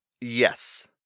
yes